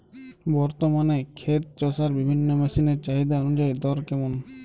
বর্তমানে ক্ষেত চষার বিভিন্ন মেশিন এর চাহিদা অনুযায়ী দর কেমন?